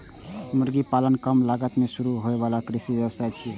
मुर्गी पालन कम लागत मे शुरू होइ बला कृषि व्यवसाय छियै